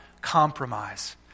compromise